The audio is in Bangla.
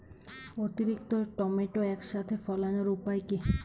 অতিরিক্ত টমেটো একসাথে ফলানোর উপায় কী?